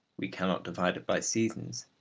we cannot divide it by seasons.